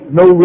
no